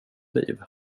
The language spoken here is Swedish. liv